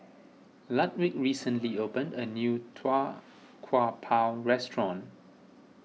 Ludwig recently opened a new Tau Kwa Pau restaurant